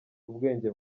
ubwenge